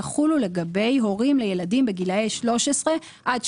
יחולו לגבי הורים לילדים בגילאי 13-17,